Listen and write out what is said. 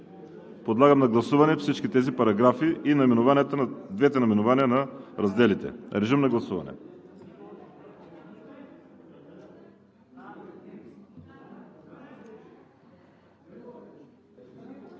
Подлагам на гласуване всички тези параграфи и двете наименования на разделите. Гласували